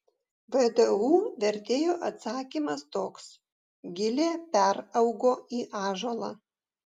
vdu vertėjo atsakymas toks gilė peraugo į ąžuolą